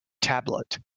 tablet